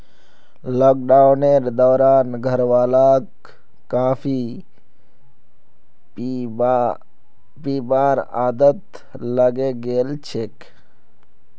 लॉकडाउनेर दौरान घरवालाक कॉफी पीबार आदत लागे गेल छेक